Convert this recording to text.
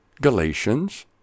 Galatians